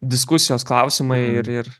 diskusijos klausimai ir ir